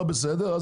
לא בסדר?